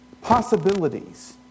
possibilities